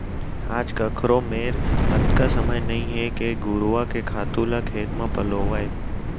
आज काकरो मेर अतका समय नइये के घुरूवा के खातू ल खेत म पलोवय